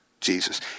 Jesus